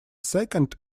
second